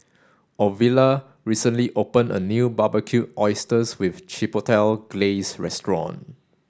Ovila recently open a new Barbecued Oysters with Chipotle Glaze restaurant